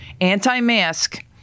anti-mask